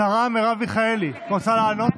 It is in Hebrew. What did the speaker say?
השרה מרב מיכאלי, את רוצה לעלות?